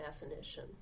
definition